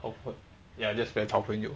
awkward ya just friends 好朋友